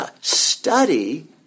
Study